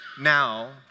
now